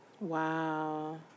Wow